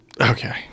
Okay